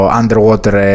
underwater